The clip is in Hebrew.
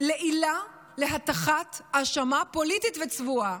לעילה להטחת האשמה פוליטית וצבועה.